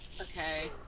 Okay